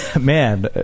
man